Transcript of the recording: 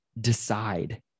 decide